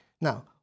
Now